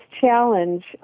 challenge